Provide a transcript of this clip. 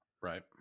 Right